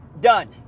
done